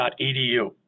Edu